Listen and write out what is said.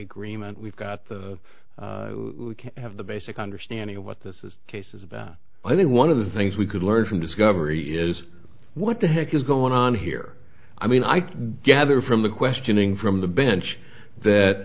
agreement we've got the have the basic understanding of what this is case is about i think one of the things we could learn from discovery is what the heck is going on here i mean i gather from the questioning from the bench that